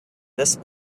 this